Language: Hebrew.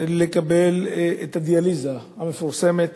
לקבל את הדיאליזה המפורסמת.